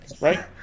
right